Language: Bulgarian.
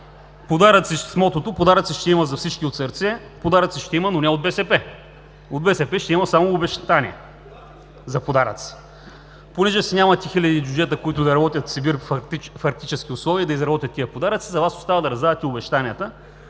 Мраз с мотото: „Подаръци ще има за всички от сърце, подаръци ще има, но не от БСП“. От БСП ще има само обещания за подаръци. Понеже си нямате хиляди джуджета, които да работят в Сибир при арктически условия, и да изработят тези подаръци, за Вас остава да раздавате обещания.